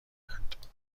بودند